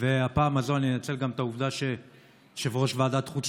הפעם הזו אני אנצל גם את העובדה שיושב-ראש ועדת החוץ